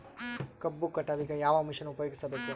ಕಬ್ಬು ಕಟಾವಗ ಯಾವ ಮಷಿನ್ ಉಪಯೋಗಿಸಬೇಕು?